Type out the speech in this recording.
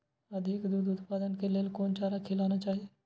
अधिक दूध उत्पादन के लेल कोन चारा खिलाना चाही?